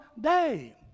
day